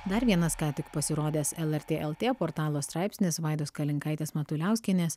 dar vienas ką tik pasirodęs lrt lt portalo straipsnis vaidos kalinkaitės matuliauskienės